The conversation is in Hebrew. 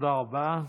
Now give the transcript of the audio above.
תודה רבה.